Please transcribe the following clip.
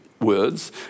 words